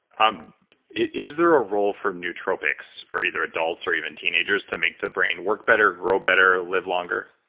um is there a role for nootropics for either adults or even teenagers to make the brain work better, grow better, live longer?